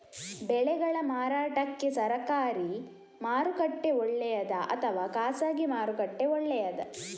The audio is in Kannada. ಬೆಳೆಗಳ ಮಾರಾಟಕ್ಕೆ ಸರಕಾರಿ ಮಾರುಕಟ್ಟೆ ಒಳ್ಳೆಯದಾ ಅಥವಾ ಖಾಸಗಿ ಮಾರುಕಟ್ಟೆ ಒಳ್ಳೆಯದಾ